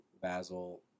Basil